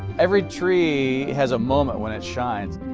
every tree has a moment when it shines.